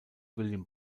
william